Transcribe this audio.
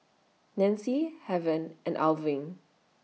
Nancy Heaven and Irving